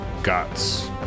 guts